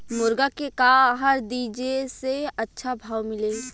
मुर्गा के का आहार दी जे से अच्छा भाव मिले?